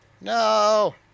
No